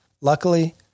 Luckily